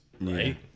Right